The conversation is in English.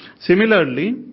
Similarly